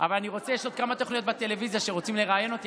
אבל יש לי עוד כמה תוכניות בטלוויזיה שרוצים לראיין אותי,